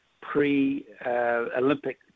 pre-Olympic